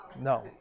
No